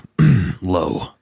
low